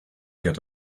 get